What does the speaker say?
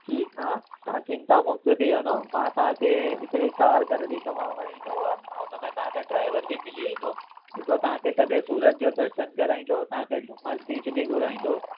ठीकु आहे तव्हां चिंतामुक्त थी वञो मां तव्हांखे हिकिड़ी कार करे ॾिंदोमांव इनोवा ऐं हुन में तव्हांखे ड्राइवर बि मिली वेंदो जेको तव्हांखे सॼे सूरत जो दर्शनु कराईंदो तव्हांखे डुमस बिच बि घुराईंदो